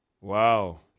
Wow